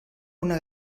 una